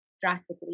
drastically